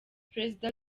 perezida